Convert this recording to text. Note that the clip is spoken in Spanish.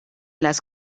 las